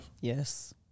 Yes